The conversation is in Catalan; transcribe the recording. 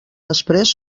després